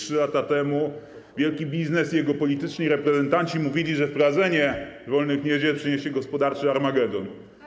3 lata temu wielki biznes i jego polityczni reprezentanci mówili, że wprowadzenie wolnych niedziel przyniesie gospodarczy armagedon.